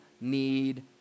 need